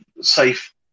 safe